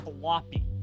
floppy